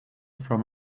from